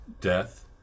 death